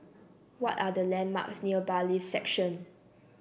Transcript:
what are the landmarks near Bailiffs' Section